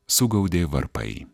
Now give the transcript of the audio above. sugaudė varpai